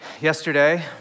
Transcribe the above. Yesterday